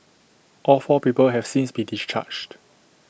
all four people have since been discharged